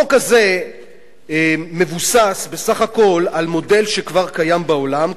החוק הזה מבוסס בסך הכול על מודל שכבר קיים בעולם,